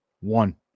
one